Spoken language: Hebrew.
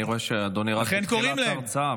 אני רואה שאדוני רק בתחילת ההרצאה,